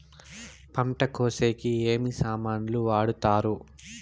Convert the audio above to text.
పంట కోసేకి ఏమి సామాన్లు వాడుతారు?